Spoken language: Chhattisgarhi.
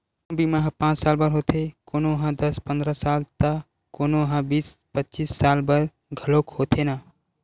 कोनो बीमा ह पाँच साल बर होथे, कोनो ह दस पंदरा साल त कोनो ह बीस पचीस साल बर घलोक होथे न